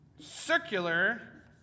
circular